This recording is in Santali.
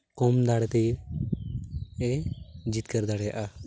ᱠᱚᱢ ᱫᱟᱲᱮ ᱛᱮᱜᱮ ᱮ ᱡᱤᱛᱠᱟᱹᱨ ᱫᱟᱲᱮᱭᱟᱜᱼᱟ